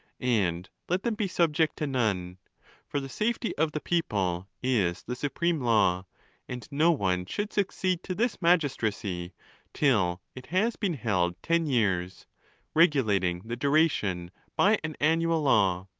and let them be subject to none for the safety of the people is the supreme law and no one should succeed to this magistracy till it has been held ten years regulating the duration by an annual law.